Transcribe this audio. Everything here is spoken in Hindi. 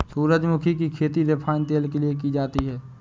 सूरजमुखी की खेती रिफाइन तेल के लिए की जाती है